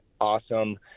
awesome